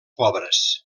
pobres